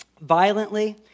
violently